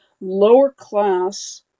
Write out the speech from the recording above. lower-class